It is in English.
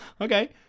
Okay